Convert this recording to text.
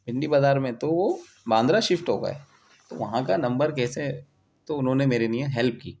بھنڈی بازار میں تو وہ باندرا شفٹ ہو گئے تو وہاں کا نمبر کیسے تو انہوں نے میرے لیے ہیلپ کی